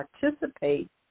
participate